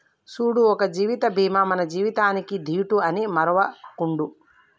సూడు ఒక జీవిత బీమా మన జీవితానికీ దీటు అని మరువకుండు